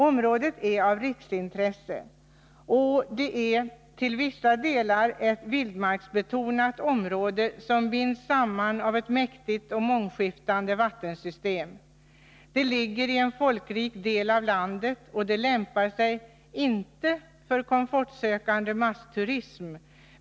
Området är av riksintresse. Det är ett i vissa delar vildmarksbetonat område, som binds samman av ett mäktigt och mångskiftande vattensystem. Det ligger i en folkrik del av landet. Det lämpar sig inte för komfortsökande massturism.